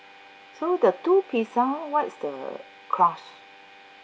so the two pizza what is the crust